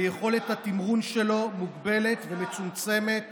ויכולת התמרון שלו מוגבלת ומצומצמת